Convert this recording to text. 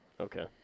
Okay